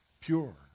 pure